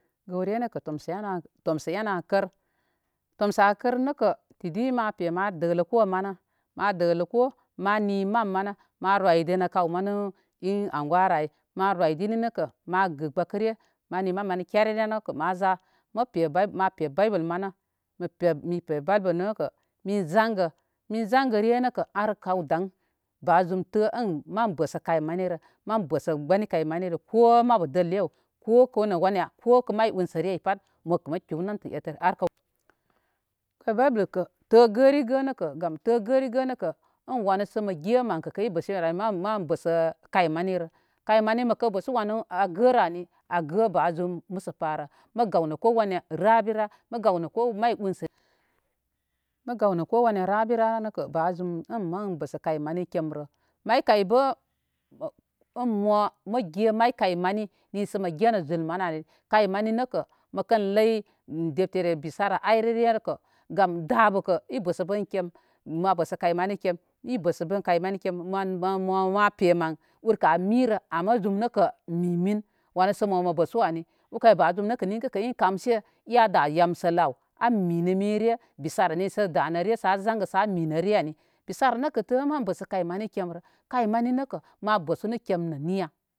Gəwre nəkə tomsə enə tomsə enə an kər tomsə a kər nəkə tidi ma pe ma dələ ko məni ma dələ ko, ma ni mam mənə ma roydənə kəw mənə in anguwa rə ay ma roydini kə ma gə gbəkəre, ma ni mam mani kererekə mázá ma pe ma pe bible mani, mən pe bible mini nə kə mi zangəre mi zangə re nəkə arkal daŋ ba zum tə ən mən bəsə kaymani rə, mən bəsə gbəni kay manirə ko mabu dəllew ko ko nə wanya ko mabu unsəre aw pat, mokə mə kpew nantə etərar kaw. Bible kə tə gərigə, gam tə gərigə nakə in wanu sə mə ge mən kə in bəsinra ay kə mən bəsə kam ma nirə. Kayməni məkə bəsu wənə a gərə ani, agə ba zum məsəparə. Mə gaw nə ko wana rabira mə gaw nə ko wana rabira nəkə ba zum in mən bəsə kay mani kemrə. May kay bə ən mo mə ye may kay mani nisə mə genə zul mani ali. Kay mani nəkə məkən ləy dettere bisara ayrəre nəkə gam dabə kə i bəsə bən kem, ma bəsə kay mani kem i bəsə bən kəy mani kem mo mo mə ma pe mən mirə am zum nə kə mi min wanə əə mo mə bərsu ani u kay ba zum nəkə ninkə in kamsɨ yamsə lə aw a minə min re bisara nisə danəre sə zanga amine re ani. Bisara nəkə tə ən mən bəsə kay mani kemrə kay mani nə kə ma bəsənə kem nə niya.